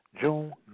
June